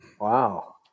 Wow